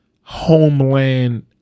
Homeland